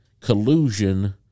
collusion